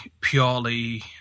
purely